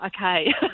okay